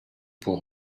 pour